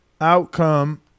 Outcome